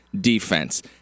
defense